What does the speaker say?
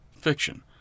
fiction